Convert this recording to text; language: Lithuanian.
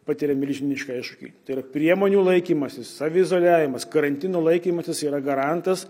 patiria milžinišką iššūkį tai yra priemonių laikymasis saviizoliavimas karantino laikymasis yra garantas